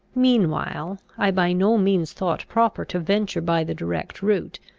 meanwhile, i by no means thought proper to venture by the direct route,